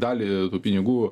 dalį tų pinigų